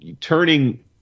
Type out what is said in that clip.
turning